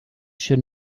should